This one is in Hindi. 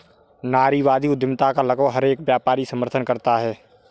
नारीवादी उद्यमिता का लगभग हर एक व्यापारी समर्थन करता है